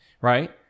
right